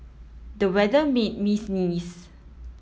the weather made me sneeze